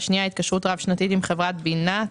והשנייה היא התקשרות רב-שנתית עם חברת בינת,